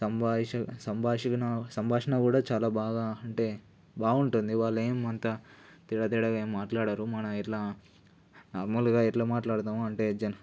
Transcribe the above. సంభాషణ సంభాషణ సంభాషణ కూడా చాలా బాగా అంటే బావుంటుంది వాళ్ళు ఏమంత తేడా తేడాగా ఏం మాట్లాడరు మన ఎట్లా మామూలుగా ఎట్లా మాట్లాడతాము అంటే